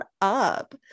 up